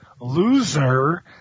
loser